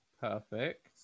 Perfect